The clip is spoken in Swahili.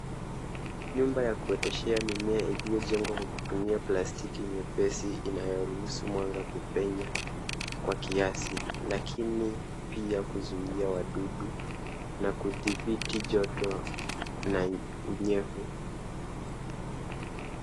Nyumba ya kuoteshea mimea iliyojengwa kwa kutumia plastiki nyepesi inayoruhusu mwanga kupenya kwa kiasi lakini pia kuzuia wadudu na kudhibiti joto na unyevu.